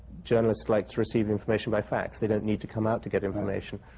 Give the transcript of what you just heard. journalists like to receive information by fax. they don't need to come out to get information.